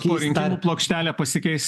po rinkimų plokštelė pasikeis